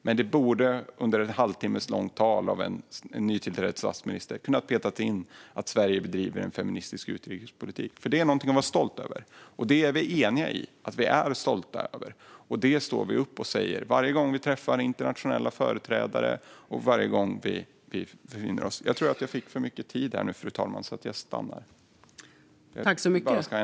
Men man borde i ett halvtimmeslångt tal av en nytillträdd statsminister ändå ha kunnat peta in att Sverige bedriver en feministisk utrikespolitik, för det är någonting att vara stolt över. Och vi är eniga i att vi är stolta över det. Det är något vi står upp och säger varje gång vi träffar internationella företrädare.